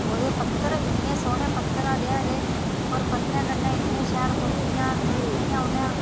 ओह्दे पत्तर इन्ने सोह्ने पत्तर हरे हरे होर पत्तरें कन्नै इन्नियां शैल खूब्टियां निकलियां उनें